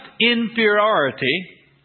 inferiority